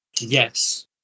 Yes